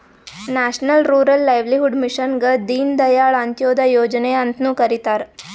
national rural livelihood ಮಿಷನ್ಗ ದೀನ್ ದಯಾಳ್ ಅಂತ್ಯೋದಯ ಯೋಜನೆ ಅಂತ್ನು ಕರಿತಾರ